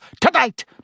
Tonight